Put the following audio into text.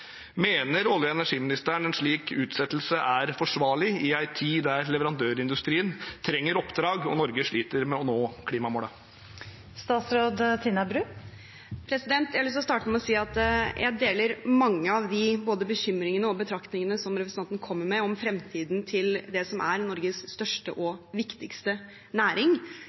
Mener olje- og energiministeren at en slik utsettelse er forsvarlig i en tid der leverandørindustrien trenger oppdrag og Norge sliter med å klimamålene? Jeg har lyst til å starte med å si at jeg deler mange av både bekymringene og betraktningene som representanten kommer med om fremtiden til Norges største og viktigste næring.